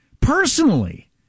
personally